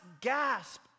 gasp